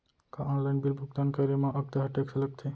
का online bill भुगतान करे मा अक्तहा टेक्स लगथे?